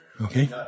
okay